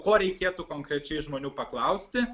ko reikėtų konkrečiai žmonių paklausti